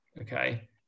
Okay